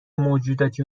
موجوداتی